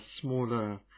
smaller